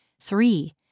three